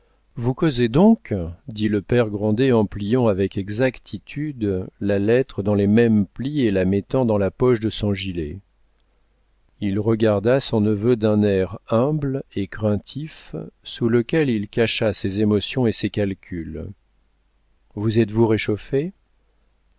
vous causez donc dit le père grandet en pliant avec exactitude la lettre dans les mêmes plis et la mettant dans la poche de son gilet il regarda son neveu d'un air humble et craintif sous lequel il cacha ses émotions et ses calculs vous êtes-vous réchauffé